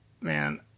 man